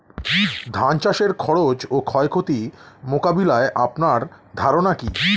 ধান চাষের খরচ ও ক্ষয়ক্ষতি মোকাবিলায় আপনার ধারণা কী?